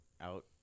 out